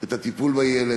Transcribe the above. את הטיפול בילד.